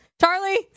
Charlie